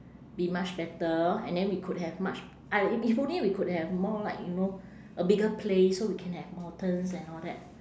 be much better and then we could have much I i~ if only we could have more like you know a bigger place so we can have mountains and all that